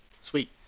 Sweet